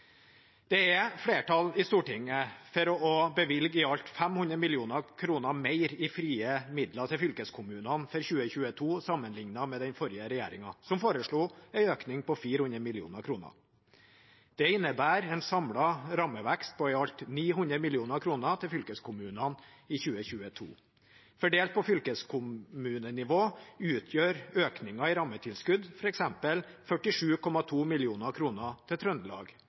Det er flertall i Stortinget for å bevilge i alt 500 mill. kr mer i frie midler til fylkeskommunene for 2022 – til sammenlikning foreslo den forrige regjeringen en økning på 400 mill. kr. Det innebærer en samlet rammevekst på i alt 900 mill. kr til fylkeskommunene i 2022. Fordelt på fylkeskommunenivå utgjør økningen i rammetilskudd f.eks. 47,2 mill. kr til Trøndelag.